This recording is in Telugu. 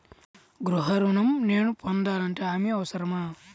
గృహ ఋణం నేను పొందాలంటే హామీ అవసరమా?